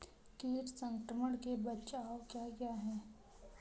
कीट संक्रमण के बचाव क्या क्या हैं?